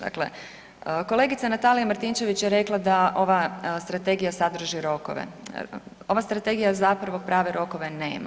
Dakle, kolegica Natalija Martinčević je rekla da ova strategija sadrži rokove, ova strategija zapravo prave rokove nema.